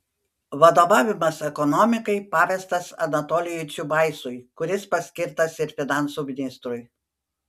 vadovavimas ekonomikai pavestas anatolijui čiubaisui kuris paskirtas ir finansų ministrui